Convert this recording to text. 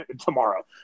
tomorrow